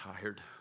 tired